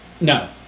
no